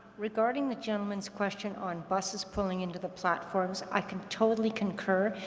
regarding the gentleman's question on buses pulling into the platforms, i can totally concur,